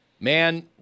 man